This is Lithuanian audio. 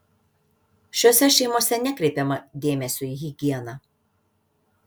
šiose šeimose nekreipiama dėmesio į higieną